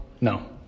No